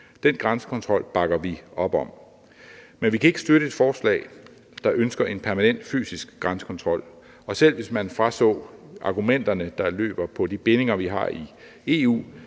Den grænsekontrol bakker vi op om. Men vi kan ikke støtte et forslag, der ønsker en permanent fysisk grænsekontrol, og selv hvis man fraser argumenterne, der går på de bindinger, vi har i